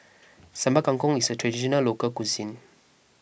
Sambal Kangkong is a Traditional Local Cuisine